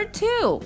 two